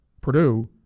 Purdue